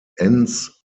enns